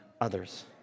others